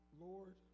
Lord